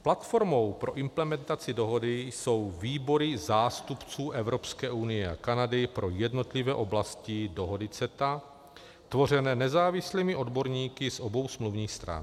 Platformou pro implementaci dohody jsou výbory zástupců Evropské unie a Kanady pro jednotlivé oblasti dohody CETA tvořené nezávislými odborníky z obou smluvních stran.